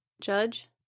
judge